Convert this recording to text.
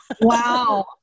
Wow